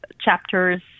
chapters